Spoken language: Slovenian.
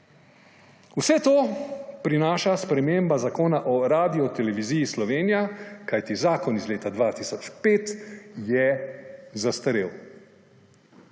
Vse to prinaša sprememba zakona o Radioteleviziji Slovenija, kajti zakon iz leta 2005 je zastarel.